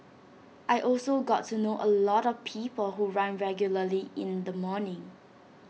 I also got to know A lot of people who run regularly in the morning